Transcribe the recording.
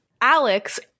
Alex